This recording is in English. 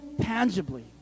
tangibly